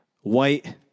white